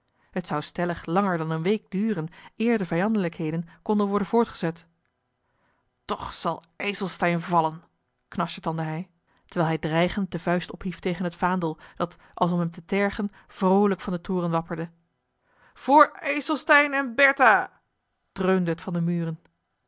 het zou stellig langer dan eene week duren eer de vijandelijkheden konden worden voortgezet toch zal ijselstein vallen knarsetandde hij terwijl hij dreigend de vuist ophief tegen het vaandel dat als om hem te tergen vroolijk van den toren wapperde voor ijselstein en bertha dreunde het van de muren